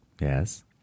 yes